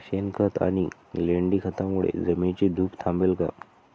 शेणखत आणि लेंडी खतांमुळे जमिनीची धूप थांबेल का?